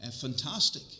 fantastic